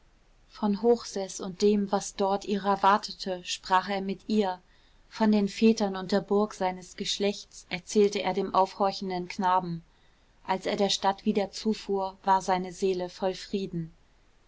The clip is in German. von hochseß und dem was dort ihrer wartete sprach er mit ihr von den vätern und der burg seines geschlechts erzählte er dem aufhorchenden knaben als er der stadt wieder zufuhr war seine seele voll frieden